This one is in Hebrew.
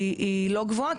היא לא גבוהה,